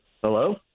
Hello